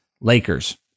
Lakers